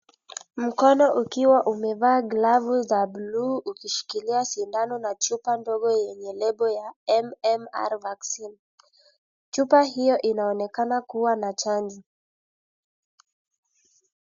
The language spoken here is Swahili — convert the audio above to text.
Mkono ukiwa umevaa glavu za buluu ukishikilia sindano na chupa ndogo yenye lebo ya MMR vaccine ,chupa hilo inaonekana k kuwa na chanjo.